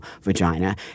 vagina